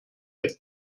hin